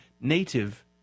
native